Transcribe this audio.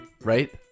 right